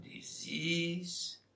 disease